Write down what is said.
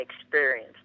experience